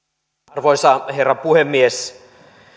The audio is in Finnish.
arvoisa herra puhemies